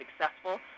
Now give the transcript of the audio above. successful